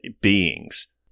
beings